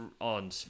on